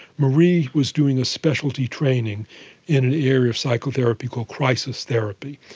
marie was doing a specialty training and an area of psychotherapy called crisis therapy.